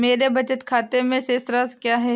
मेरे बचत खाते में शेष राशि क्या है?